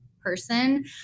person